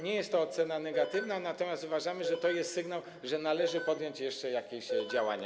Nie jest to ocena negatywna, natomiast uważamy, że to jest sygnał, że należy podjąć jeszcze jakieś działania.